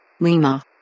Lima